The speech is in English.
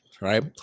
right